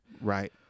Right